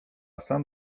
sam